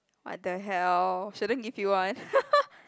!what the hell! shouldn't give you one